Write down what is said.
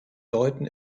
läuten